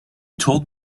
told